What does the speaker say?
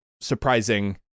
surprising